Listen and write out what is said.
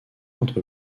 entre